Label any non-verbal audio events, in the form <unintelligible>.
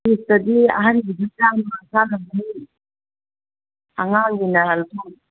ꯄꯤꯁꯇꯗꯤ ꯑꯍꯟꯒꯤꯅ ꯆꯥꯃ ꯆꯥꯃ ꯌꯥꯡꯈꯩ ꯑꯉꯥꯡꯒꯤꯅ <unintelligible>